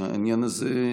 אחרת העניין הזה,